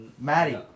Maddie